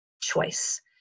choice